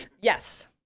yes